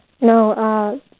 No